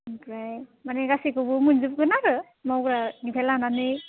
ओमफ्राय माने गासैखौबो मोनजोबगोन आरो मावग्रानिफ्राय लानानै